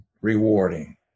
rewarding